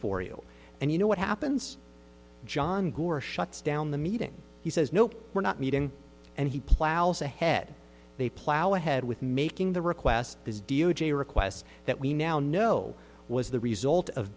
for you and you know what happens john gura shuts down the meeting he says no we're not meeting and he plows ahead they plow ahead with making the request is d o j requests that we now know was the result of